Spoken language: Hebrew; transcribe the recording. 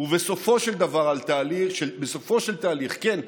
ובסופו של התהליך, כן,